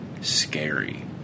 scary